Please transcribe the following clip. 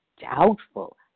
doubtful